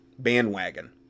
bandwagon